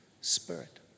Spirit